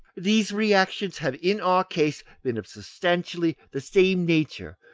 these reactions have, in our case, been of substantially the same nature,